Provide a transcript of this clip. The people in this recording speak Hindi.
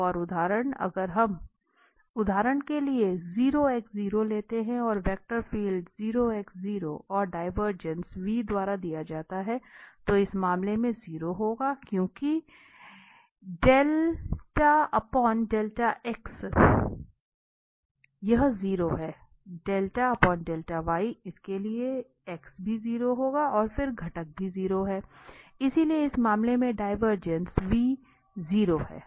एक और उदाहरण अगर हम उदाहरण के लिए 0x0लेते हैं और वेक्टर फील्ड 0x0और डिवरजेंस द्वारा दिया जाता है तो इस मामले में 0 होगा क्योंकि यह 0 है इसके लिए x भी 0 होगा और फिर घटक भी 0 है इसलिए इस मामले में डिवरजेंस v 0 है